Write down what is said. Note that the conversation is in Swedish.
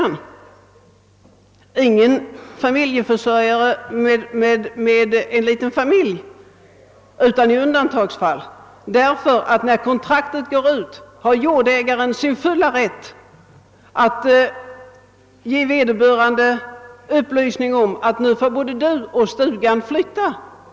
Ja, inte blir det en familjeförsörjare annat än i undantagsfall. När kontraktet går ut har jordägaren full rätt att säga till vederbörande att både han och stugan får flytta.